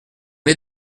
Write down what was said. est